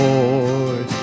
Lord